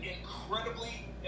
incredibly